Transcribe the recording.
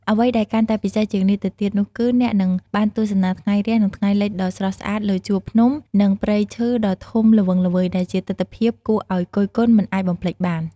អ្វីដែលកាន់តែពិសេសជាងនេះទៅទៀតនោះគឺ អ្នកនឹងបានទស្សនាថ្ងៃរះ និងថ្ងៃលិចដ៏ស្រស់ស្អាតលើជួរភ្នំ និងព្រៃឈើដ៏ធំល្វឹងល្វើយ ដែលជាទិដ្ឋភាពគួរឲ្យគយគន់មិនអាចបំភ្លេចបាន។